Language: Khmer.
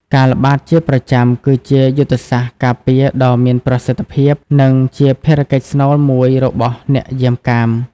ការល្បាតជាប្រចាំគឺជាយុទ្ធសាស្ត្រការពារដ៏មានប្រសិទ្ធភាព និងជាភារកិច្ចស្នូលមួយរបស់អ្នកយាមកាម។